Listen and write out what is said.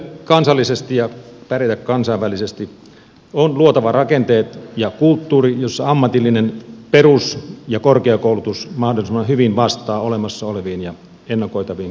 jos haluamme menestyä kansallisesti ja pärjätä kansainvälisesti on luotava rakenteet ja kulttuuri joissa ammatillinen perus ja korkeakoulutus mahdollisimman hyvin vastaa olemassa oleviin ja ennakoitaviin koulutustarpeisiin